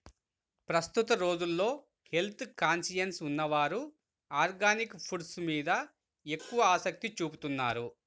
ప్రస్తుత రోజుల్లో health conscious ఉన్నవారు ఆర్గానిక్ ఫుడ్స్ మీద ఎక్కువ ఆసక్తి చూపుతున్నారు